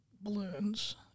balloons